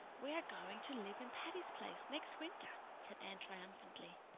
we are going to live in patty's place next winter, said anne triumphantly.